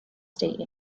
state